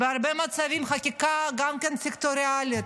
בהרבה מצבים חקיקה סקטוריאלית,